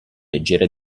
leggera